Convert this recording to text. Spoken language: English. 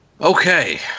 Okay